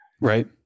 Right